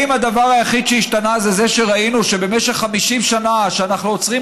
האם הדבר היחיד שהשתנה זה זה שראינו שבמשך 50 שנה שאנחנו עוצרים